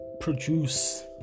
produce